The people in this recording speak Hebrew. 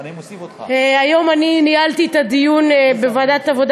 היום אני ניהלתי את הדיון בוועדת העבודה